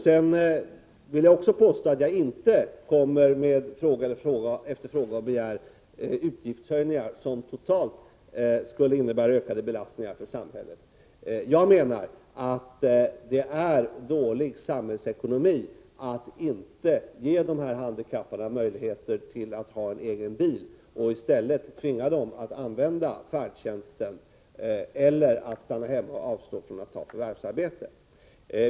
Sedan vill jag påstå att jag inte kommer med fråga efter fråga och begär utgiftshöjningar, som totalt skulle innebära ökade belastningar för samhället. Jag menar att det är dålig samhällsekonomi att inte ge de handikappade möjligheter att ha en egen bil och i stället tvinga dem att använda färdtjänsten eller att stanna hemma och avstå från förvärvsarbete.